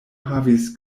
havis